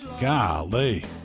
golly